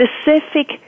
specific